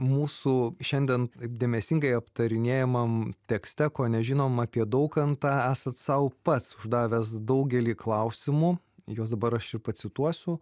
mūsų šiandien dėmesingai aptarinėjamam tekste ko nežinom apie daukantą esat sau pats uždavęs daugelį klausimų juos dabar aš ir pacituosiu